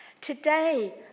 Today